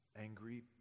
Angry